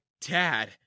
dad